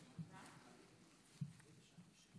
שהנושא הזה הוא נושא חשוב לי באופן אישי,